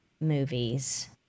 movies